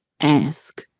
ask